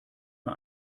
mir